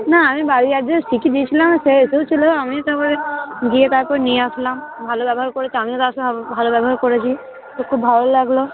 না আমি বাড়ির অ্যাড্রেস ঠিকই দিয়েছিলাম সে এসেওছিল আমিও তার পরে গিয়ে তারপর নিয়ে আসলাম ভালো ব্যবহার করেছে আমিও তার সঙ্গে ভালো ব্যবহার করেছি তো খুব ভালো লাগল